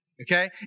okay